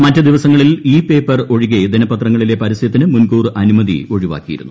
മറ്റ് ദിവസങ്ങളിൽ e paper ഒഴികെ ദിനപ്പത്രങ്ങളിലെ പരസൃത്തിന് മുൻകൂർ അനുമതി ഒഴിവാക്കിയിരുന്നു